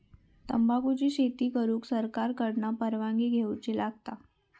तंबाखुची शेती करुक सरकार कडना परवानगी घेवची लागता